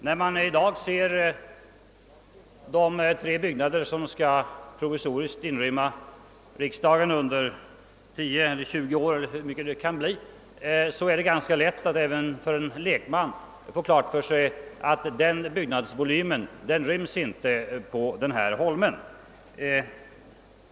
När man i dag ser de tre byggnader som provisoriskt skall inrymma riksdagen under tio eller tjugo år är det ganska lätt även för en lekman att få klart för sig att den byggnadsvolymen inte ryms på denna holme.